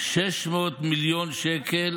600 מיליון שקל,